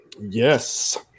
Yes